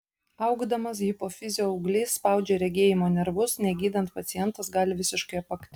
augdamas hipofizio auglys spaudžia regėjimo nervus negydant pacientas gali visiškai apakti